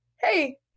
hey